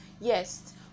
yes